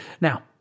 Now